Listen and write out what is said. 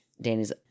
Danny's